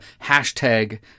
hashtag